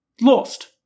lost